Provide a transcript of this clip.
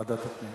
ועדת הפנים.